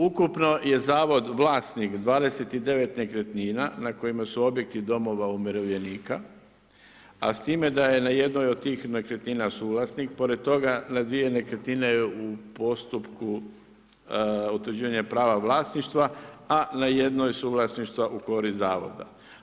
Ukupno je zavod vlasnik 29 nekretnina na kojima su objekti domova umirovljenika a s time da je na jednoj od tih nekretnina suvlasnik, pored toga na dvije nekretnine je u postupku utvrđivanje prava vlasništva a na jednoj suvlasništva u korist zavoda.